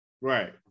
Right